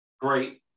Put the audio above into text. great